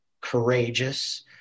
courageous